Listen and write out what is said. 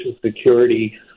Security